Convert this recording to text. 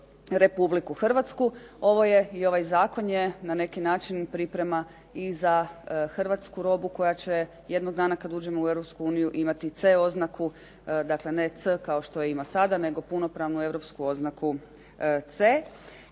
Republiku Hrvatsku. Ovo je i ovaj zakon je na neki način priprema i za hrvatsku robu koja će jednog dana kad uđemo u Europsku uniju imati CE oznaku, dakle ne C kao što ima sada nego punopravnu europsku oznaku CE.